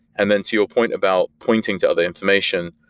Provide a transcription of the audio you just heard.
and then to your point about pointing to other information,